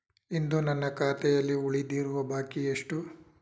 ಇಂದು ನನ್ನ ಖಾತೆಯಲ್ಲಿ ಉಳಿದಿರುವ ಬಾಕಿ ಎಷ್ಟು?